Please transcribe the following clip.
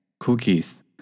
Cookies